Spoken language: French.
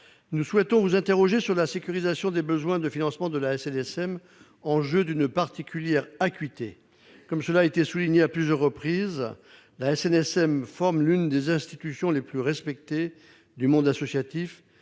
d'État, vous interroger sur la sécurisation des financements de la SNSM, enjeu d'une particulière acuité. Comme il a été souligné à plusieurs reprises, la SNSM, l'une des institutions les plus respectées du monde associatif,